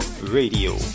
Radio